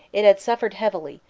it had suffered heavily,